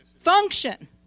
function